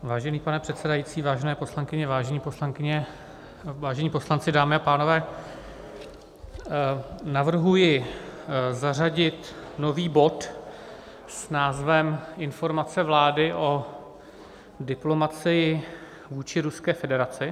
Vážený pane předsedající, vážené poslankyně, vážení poslanci, dámy a pánové, navrhuji zařadit nový bod s názvem Informace vlády o diplomacii vůči Ruské federaci.